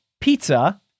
pizza